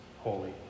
holy